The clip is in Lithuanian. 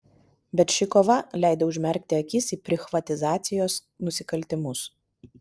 bet ši kova leido užmerkti akis į prichvatizacijos nusikaltimus